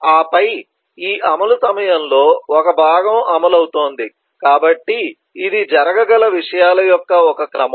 ఆపై ఈ అమలు సమయంలో ఒక భాగం అమలు అవుతోంది కాబట్టి ఇది జరగగల విషయాల యొక్క ఒక క్రమం